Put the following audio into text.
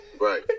Right